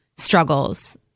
struggles